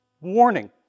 warning